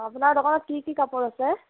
আপোনাৰ দোকানত কি কি কাপোৰ আছে